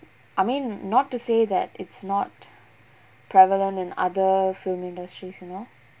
I mean not to say that it's not prevalent in other film industries you know